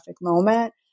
moment